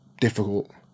difficult